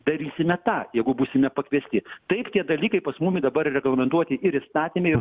darysime tą jeigu būsime pakviesti taip tie dalykai pas mumi dabar reglamentuoti ir įstatyme ir